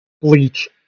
Bleach